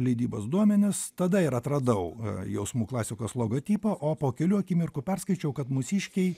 leidybos duomenis tada ir atradau jausmų klasikos logotipą o po kelių akimirkų perskaičiau kad mūsiškiai